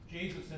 Jesus